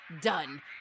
done